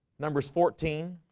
numbers fourteen